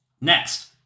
Next